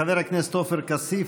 חבר הכנסת עופר כסיף,